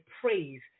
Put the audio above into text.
praise